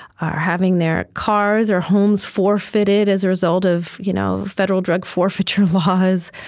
are having their cars or homes forfeited as a result of you know federal drugs forfeiture laws,